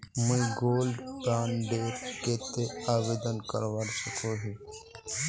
मुई gold bond डेर केते आवेदन करवा सकोहो ही?